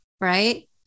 right